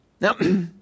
Now